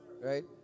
Right